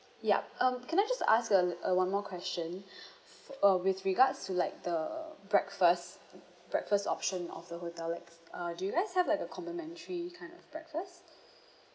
yup um can I just ask a l~ uh one more question uh with regards to like the breakfast breakfast option of the hotel like uh do you guys have like a complimentary kind of breakfast